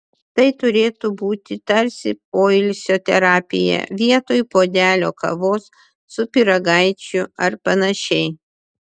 tai turėtų būti tarsi poilsio terapija vietoj puodelio kavos su pyragaičiu ar panašiai